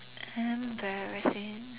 embarrassing